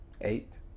eight